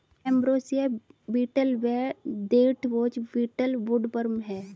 ambrosia beetle व deathwatch beetle woodworm हैं